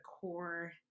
core